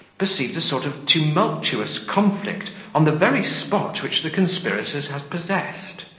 perceived a sort of tumultuous conflict on the very spot which the conspirators had possessed.